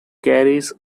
carries